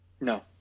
No